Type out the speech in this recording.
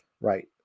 right